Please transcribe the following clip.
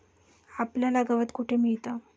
आपल्याला गवत कुठे मिळतं?